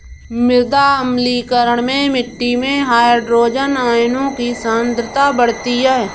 मृदा अम्लीकरण में मिट्टी में हाइड्रोजन आयनों की सांद्रता बढ़ती है